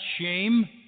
shame